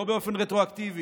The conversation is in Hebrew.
לא באופן רטרואקטיבי,